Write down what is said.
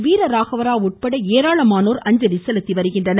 வீரராகவராவ் உட்பட ஏராளமானோர் அஞ்சலி செலுத்தி வருகின்றனர்